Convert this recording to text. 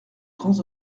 grands